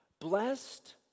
blessed